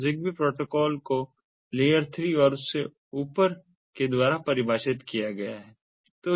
तो ZigBee protocol को layer 3 और उससे ऊपर के द्वारा परिभाषित किया गया है